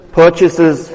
purchases